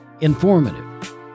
Informative